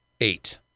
Eight